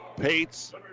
Pates